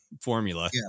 formula